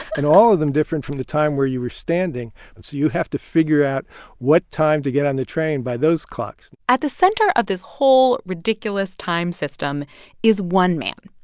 and all of them different from the time where you were standing. and so you have to figure out what time to get on the train by those clocks at the center of this whole ridiculous time system is one man,